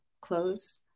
close